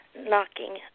Knocking